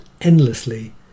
endlessly